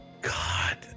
God